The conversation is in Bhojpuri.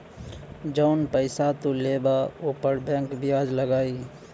जौन पइसा तू लेबा ऊपर बैंक बियाज लगाई